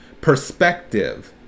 perspective